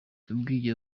yabwiye